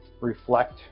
reflect